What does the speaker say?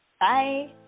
Bye